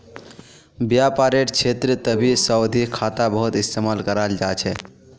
व्यापारेर क्षेत्रतभी सावधि खाता बहुत इस्तेमाल कराल जा छे